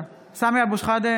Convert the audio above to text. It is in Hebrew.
(קוראת בשמות חברי הכנסת) סמי אבו שחאדה,